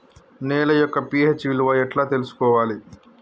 నేల యొక్క పి.హెచ్ విలువ ఎట్లా తెలుసుకోవాలి?